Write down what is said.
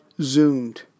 zoomed